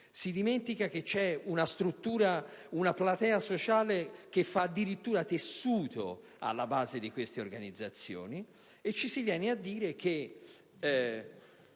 Si dimentica che c'è una platea sociale che fa addirittura da tessuto alla base di queste organizzazioni e ci si viene a dire che